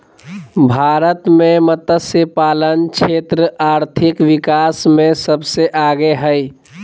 भारत मे मतस्यपालन क्षेत्र आर्थिक विकास मे सबसे आगे हइ